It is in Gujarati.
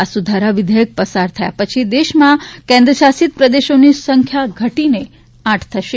આ સુધારા વિધયેક પસાર થયા પછી દેશમાં કેન્દ્રશાસિત પ્રદેશોની સંખ્યા ઘટીને આઠ થશે